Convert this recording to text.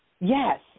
Yes